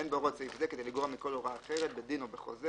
אין בהוראות סעיף זה כדי לגרוע מכל הוראה אחרת בדין או בחוזה,